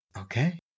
okay